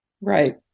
Right